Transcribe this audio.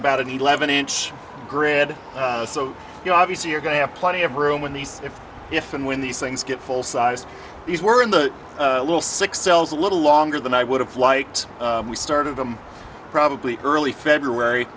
about an eleven inch grid so you obviously are going to have plenty of room when these if if and when these things get full size these were in the little six cells a little longer than i would have liked the start of them probably early february